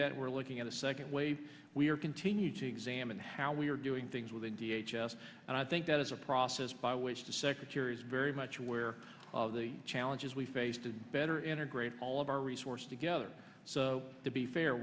that we're looking at the second wave we are continue to examine how we are doing things with a d h s and i think that is a process by which the secretary is very much aware of the challenges we face to better integrate all of our resources together so to be fair